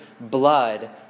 blood